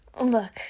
Look